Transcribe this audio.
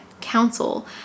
Council